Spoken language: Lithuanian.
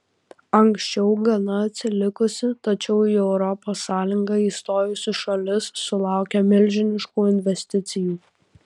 anksčiau gana atsilikusi tačiau į europos sąjungą įstojusi šalis sulaukia milžiniškų investicijų